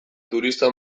turista